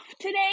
today